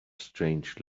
strange